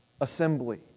assembly